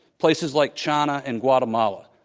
places like china and guatemala.